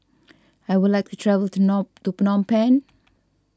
I would like to travel to Phnom Penh